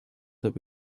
that